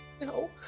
no